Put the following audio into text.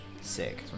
Sick